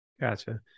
Gotcha